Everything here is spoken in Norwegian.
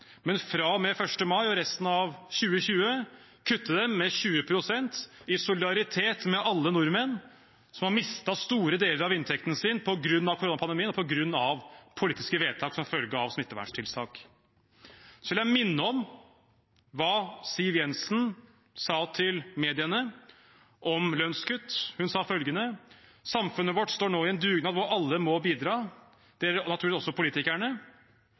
men fra og med 1. mai og i resten av 2020 kutte dem med 20 pst. i solidaritet med alle nordmenn som har mistet store deler av inntekten sin på grunn av koronapandemien og på grunn av politiske vedtak som følge av smitteverntiltak. Jeg vil minne om hva Siv Jensen sa til mediene om lønnskutt. Hun sa følgende: «Samfunnet vårt står nå i en dugnad hvor alle må bidra.